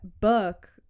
book